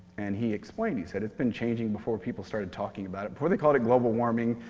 and he explained, he said it's been changing before people started talking about it. before they called it global warming,